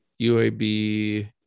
UAB